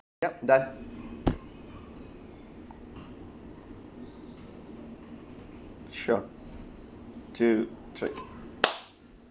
yup done sure two three